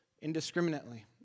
indiscriminately